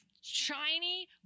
shiny